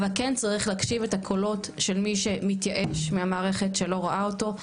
אבל כן צריך להקשיב את הקולות של מי שמתייאש מהמערכת שלא רואה אותו,